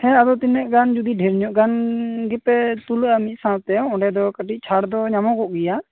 ᱦᱮᱸ ᱟᱫᱚ ᱛᱤᱱᱟ ᱜ ᱜᱟᱱ ᱡᱩᱫᱤ ᱵᱷᱮᱨ ᱧᱚᱜ ᱜᱟᱱ ᱜᱮᱯᱮ ᱛᱩᱞᱟ ᱜ ᱟ ᱢᱤᱫ ᱥᱟᱶᱛᱮ ᱚᱱᱰᱮᱫᱚ ᱠᱟ ᱴᱤᱡ ᱪᱷᱟᱲ ᱫᱚ ᱧᱟᱢᱚᱜᱚᱜ ᱜᱮᱭᱟ